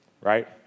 right